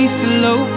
slow